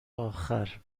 آخر